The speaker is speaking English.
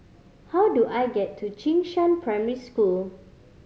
how do I get to Jing Shan Primary School